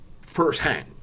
firsthand